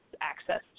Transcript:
access